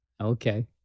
Okay